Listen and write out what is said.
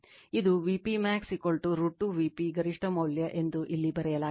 ಇದು Vp max √ 2 Vp ಗರಿಷ್ಠ ಮೌಲ್ಯ ಎಂದು ಇಲ್ಲಿ ಬರೆಯಲಾಗಿದೆ